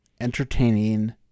entertaining